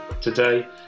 today